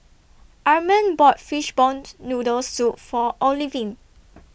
Arman bought Fishball Noodle Soup For Olivine